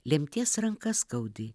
lemties ranka skaudi